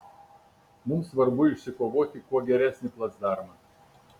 mums svarbu išsikovoti kuo geresnį placdarmą